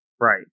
Right